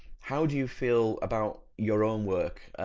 how do you feel about your own work.